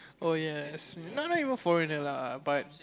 oh yes no not even foreigner lah but